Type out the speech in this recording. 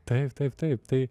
taip taip taip tai